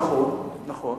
נכון, נכון.